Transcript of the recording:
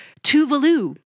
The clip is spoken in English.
Tuvalu